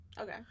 okay